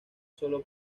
solo